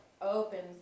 opens